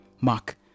Mark